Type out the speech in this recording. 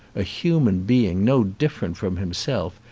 a human being no different from himself,